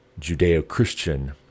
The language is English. Judeo-Christian